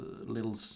little